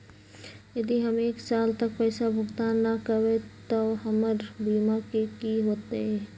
यदि हम एक साल तक पैसा भुगतान न कवै त हमर बीमा के की होतै?